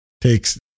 takes